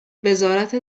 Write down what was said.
وزارت